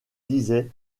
disaient